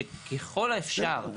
שככל האפשר,